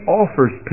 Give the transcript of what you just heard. offers